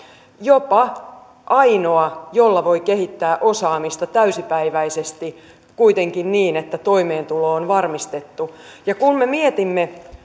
jopa ainoa jolla voi kehittää osaamista täysipäiväisesti kuitenkin niin että toimeentulo on varmistettu ja kun me mietimme